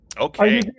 Okay